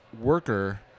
worker